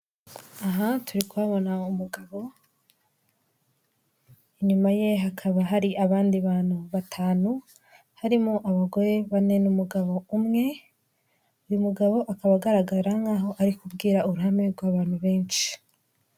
Aha turi kubona umugabo inyuma ye hakaba hari abandi bantu batanu harimo abagore bane n'umugabo umwe, uyu mugabo akaba agaragara nkaho ari kubwira uruhame rw'abantu benshi.